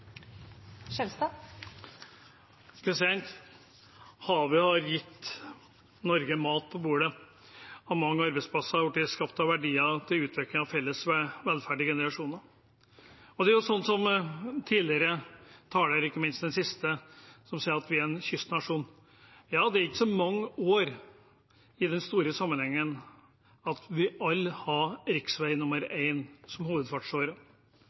Havet har gitt Norge mat på bordet, og mange arbeidsplasser har blitt skapt av verdiene til utvikling av felles velferd i generasjoner. Det er som tidligere talere har sagt, ikke minst den siste: Vi er en kystnasjon. Ja, det er ikke så mange år siden i den store sammenhengen at vi alle hadde riksvei 1 som hovedfartsåre.